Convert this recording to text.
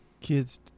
kids